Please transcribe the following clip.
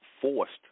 forced